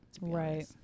Right